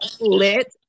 lit